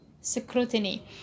scrutiny